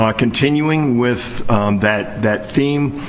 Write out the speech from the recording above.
ah continuing with that that theme,